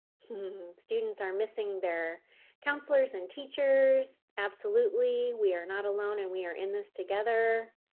students are missing their counselors and teachers. absolutely, we are not alone, and we are in this together.